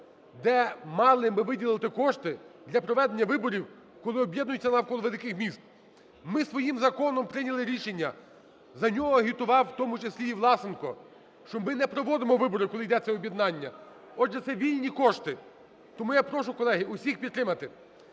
де мали ми виділити кошти для проведення виборів, коли об'єднуються навколо великих міст. Ми своїм законом прийняли рішення. За нього агітував, в тому числі і Власенко, що ми не проводимо вибори, коли йдеться об'єднання. Отже, це вільні кошти. Тому я прошу, колеги, усіх підтримати.